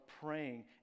praying